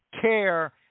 care